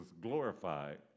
glorified